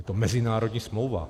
Je to mezinárodní smlouva.